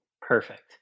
Perfect